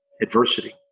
adversity